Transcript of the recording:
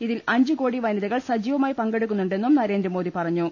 ഇതിൽ അഞ്ച്കോടി വനിതകൾ സജീവമായി പങ്കെടുക്കുന്നുണ്ടെന്നും നരേ ന്ദ്രമോദി പറഞ്ഞു